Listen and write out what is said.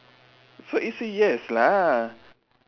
so it's a yes lah